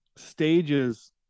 stages